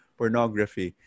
pornography